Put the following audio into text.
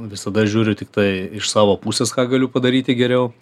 visada žiūriu tiktai iš savo pusės ką galiu padaryti geriau